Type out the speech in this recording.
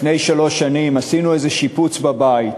לפני שלוש שנים עשינו איזה שיפוץ בבית,